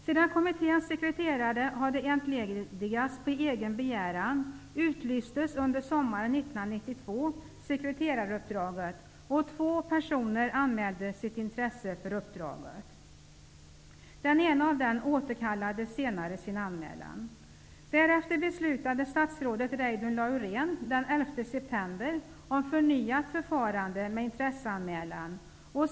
Sedan kommitténs sekreterare hade entledigats på egen begäran utlystes sekreteraruppdraget under sommaren 1992, och två personer anmälde sitt intresse för uppdraget. Den ena av dem återkallade senare sin anmälan. Därefter beslutade statsrådet Reidunn Laurén den 11 september om förnyat förfarande med intresseanmälan.